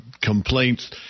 complaints